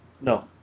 no